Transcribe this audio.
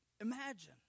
imagine